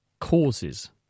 causes